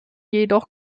jedoch